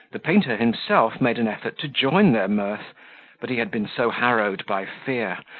the painter himself made an effort to join their mirth but he had been so harrowed by fear,